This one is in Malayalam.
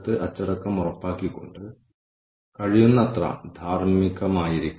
ഇതിൽ നമ്മൾ തുടക്കത്തിൽ ഏറ്റെടുക്കൽ അല്ലെങ്കിൽ പ്രൊഫൈൽ വെച്ച് ആരംഭിക്കുന്നു